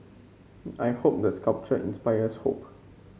I hope the sculpture inspires hope